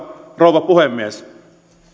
rouva puhemies